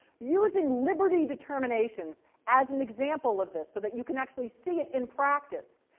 using liberty determinations as an example of this so that you can actually see it in practice,